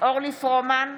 אורלי פרומן,